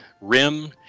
rim